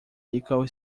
equal